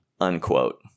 unquote